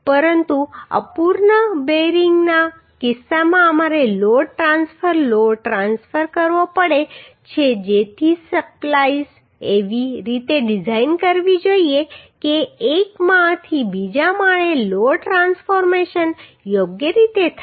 પરંતુ અપૂર્ણ બેરિંગના કિસ્સામાં અમારે લોડ ટ્રાન્સફર કરવો પડે છે જેથી સ્પ્લાઈસ એવી રીતે ડિઝાઈન કરવી જોઈએ કે એક માળથી બીજા માળે લોડ ટ્રાન્સફોર્મેશન યોગ્ય રીતે થાય